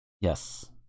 Yes